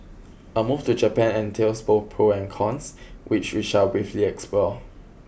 a move to Japan entails both pros and cons which we shall briefly explore